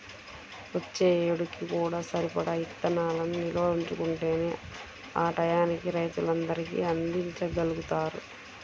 వచ్చే ఏడుకి కూడా సరిపడా ఇత్తనాలను నిల్వ ఉంచుకుంటేనే ఆ టైయ్యానికి రైతులందరికీ అందిచ్చగలుగుతారు